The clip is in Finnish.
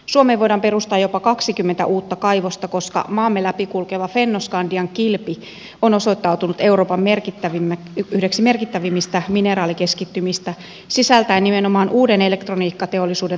suomeen voidaan perustaa jopa kaksikymmentä uutta kaivosta koska maamme läpi kulkeva fennoskandian kilpi on osoittautunut yhdeksi euroopan merkittävimmistä mineraalikeskittymistä sisältäen nimenomaan uuden elektroniikkateollisuuden tarvitsemia metalleja